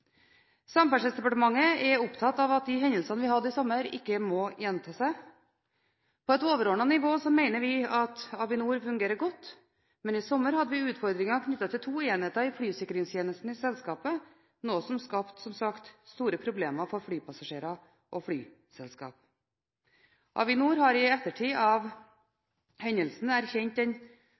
Samferdselsdepartementet er opptatt av at de hendelsene vi hadde i sommer, ikke må gjenta seg. På et overordnet nivå mener vi at Avinor fungerer godt, men i sommer hadde vi utfordringer knyttet til to enheter i flysikringstjenesten i selskapet, noe som skapte, som sagt, store problemer for flypassasjerer og flyselskap. Avinor har i ettertid av hendelsen erkjent ansvaret for den